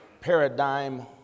paradigm